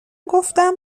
گفتم